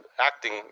acting